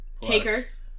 Takers